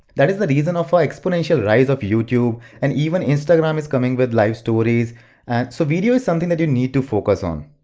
that is the reason for the exponential rise of youtube, and even instagram is coming with live stories and so video is something that you need to focus on.